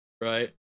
right